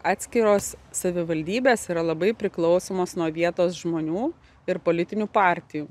atskiros savivaldybės yra labai priklausomos nuo vietos žmonių ir politinių partijų